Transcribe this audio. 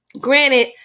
granted